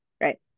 right